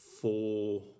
four